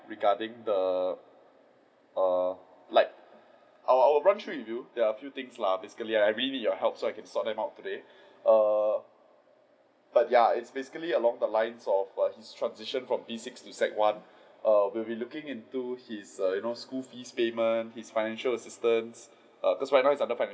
regarding the err like I'll I'll run through with you there are a few things lah basically I really need your help so I can sort them out today err but ya it's basically along the lines of his transition from P six to SEC one we will be looking into his err you know school fees payment his financial assistance cos' right now he is under financial